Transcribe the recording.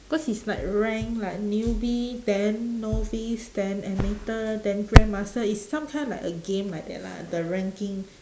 cause it's like rank like newbie then novice then amateur then grand master it's some kind of like a game like that lah the ranking